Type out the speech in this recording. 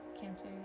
Cancer